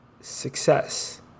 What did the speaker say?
success